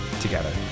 together